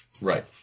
right